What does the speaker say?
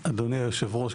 אדוני היושב ראש,